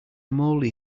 mouldy